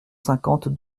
cinquante